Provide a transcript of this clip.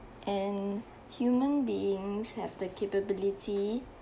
and human beings have the capability